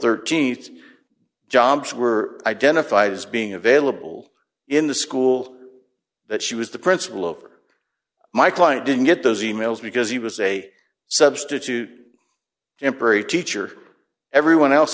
april th jobs were identified as being available in the school that she was the principal over my client didn't get those emails because he was a substitute temporary teacher everyone else